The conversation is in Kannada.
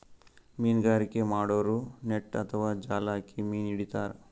ಮೀನ್ಗಾರಿಕೆ ಮಾಡೋರು ನೆಟ್ಟ್ ಅಥವಾ ಜಾಲ್ ಹಾಕಿ ಮೀನ್ ಹಿಡಿತಾರ್